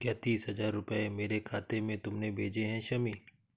क्या तीस हजार रूपए मेरे खाते में तुमने भेजे है शमी?